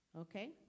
Okay